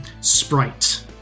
Sprite